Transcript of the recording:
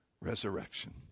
resurrection